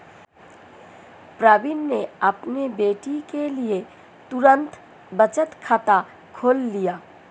प्रवीण ने अपनी बेटी के लिए तुरंत बचत खाता खोल लिया